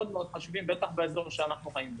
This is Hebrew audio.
בטח באזור שאנחנו חיים בו.